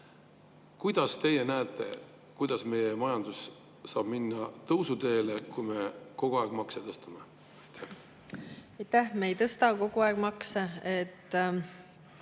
Kuidas teie näete, et meie majandus saaks minna tõusuteele, kui me kogu aeg makse tõstame? Aitäh! Me ei tõsta kogu aeg makse.